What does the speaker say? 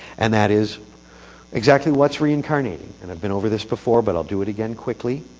and that is exactly what's reincarnating? and i've been over this before, but i'll do it again quickly